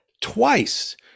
twice